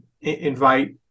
invite